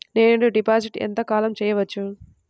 నేను డిపాజిట్ ఎంత కాలం చెయ్యవచ్చు?